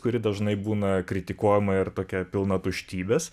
kuri dažnai būna kritikuojama ir tokia pilna tuštybės